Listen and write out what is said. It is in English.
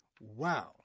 Wow